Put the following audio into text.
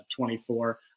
24